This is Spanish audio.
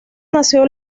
nació